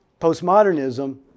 postmodernism